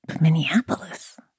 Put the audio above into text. Minneapolis